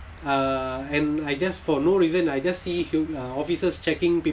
uh and I just for no reason I just see hu~ uh officers checking peo~